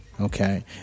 okay